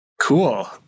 cool